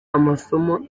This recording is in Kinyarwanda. amasomo